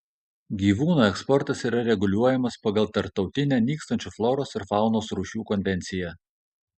gyvūnų eksportas yra reguliuojamas pagal tarptautinę nykstančių floros ir faunos rūšių konvenciją